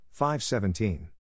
5.17